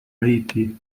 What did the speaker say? haiti